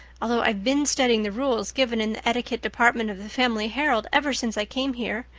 although i've been studying the rules given in the etiquette department of the family herald ever since i came here.